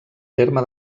terme